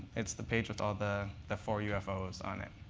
it's the page with ah the the four ufos on it.